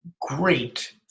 great